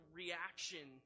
reaction